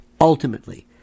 ultimately